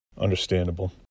Understandable